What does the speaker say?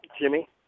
Jimmy